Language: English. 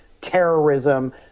terrorism